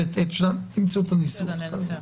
העוקבת תמצאו את הניסוח.